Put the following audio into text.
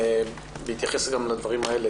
בהתייחס גם לדברים האלה,